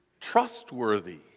trustworthy